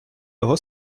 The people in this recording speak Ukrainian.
його